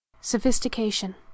Sophistication